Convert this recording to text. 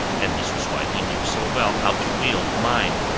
and this was why he knew so well how to wield mine.